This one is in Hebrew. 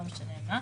לא משנה מה,